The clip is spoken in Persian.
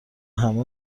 همه